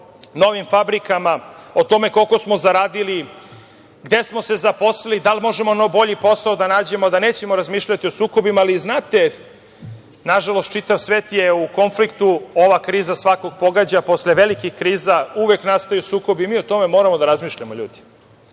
o novim fabrikama, o tome koliko smo zaradili, gde smo se zaposlili, da li možemo bolji posao da nađemo, a da nećemo razmišljati o sukobima. Ali, znate, nažalost čitav svet je u konfliktu, ova kriza svakog pogađa. Posle velikih kriza uvek nastaju sukobi i mi o tome moramo da razmišljamo, ljudi.